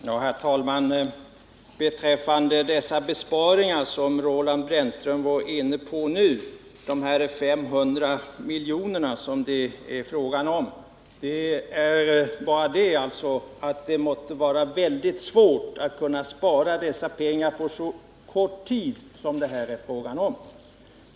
Herr talman! När det gäller de besparingar på 500 milj.kr. som Roland Brännström nu är inne på vill jag bara säga att det måste bli svårt att spara dessa pengar på så kort tid som det här är fråga om.